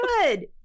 good